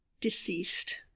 deceased